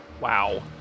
Wow